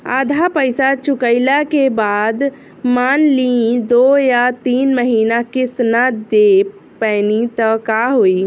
आधा पईसा चुकइला के बाद मान ली दो या तीन महिना किश्त ना दे पैनी त का होई?